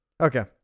Okay